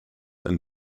and